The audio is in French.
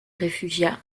réfugia